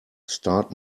start